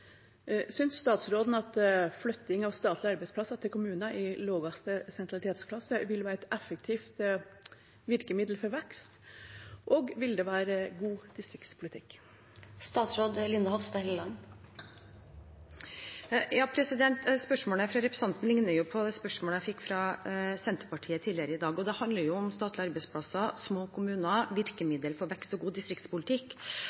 statsråden at flytting av statlige arbeidsplasser til kommuner i laveste sentralitetsklasse vil være et effektivt virkemiddel for vekst, og vil det være god distriktspolitikk?» Spørsmålet fra representanten likner på spørsmål jeg fikk fra Senterpartiet tidligere i dag. Det handler om statlige arbeidsplasser, små kommuner,